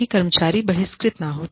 ताकि कर्मचारी बहिष्कृत न हो